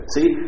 See